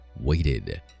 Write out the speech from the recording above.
waited